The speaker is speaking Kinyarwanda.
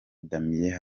damien